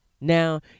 Now